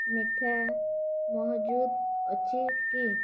ମିଠା ମହଜୁଦ ଅଛି କି